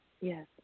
Yes